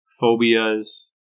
phobias